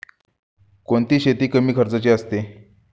कोणती शेती कमी खर्चाची असते?